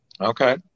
Okay